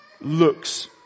looks